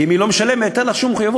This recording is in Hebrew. כי אם היא לא משלמת, אין לה שום מחויבות.